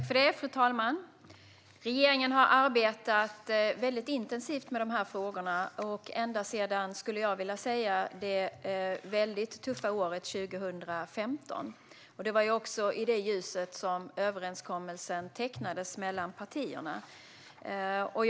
Fru talman! Regeringen har arbetat intensivt med de här frågorna ända sedan det väldigt tuffa året 2015, skulle jag vilja säga. Det var också i det ljuset som överenskommelsen mellan partierna tecknades.